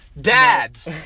dads